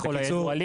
בקיצור,